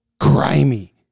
grimy